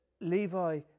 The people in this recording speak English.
Levi